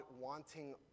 wanting